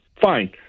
Fine